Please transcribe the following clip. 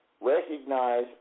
Recognize